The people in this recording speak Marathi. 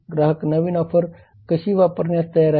ग्राहक नवीन ऑफर कशी वापरण्यास तयार आहेत